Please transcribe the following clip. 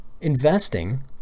Investing